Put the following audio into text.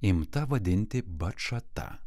imta vadinti bačata